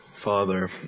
Father